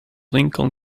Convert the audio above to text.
lincoln